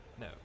No